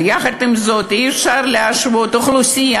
אבל יחד עם זאת אי-אפשר להשוות אוכלוסייה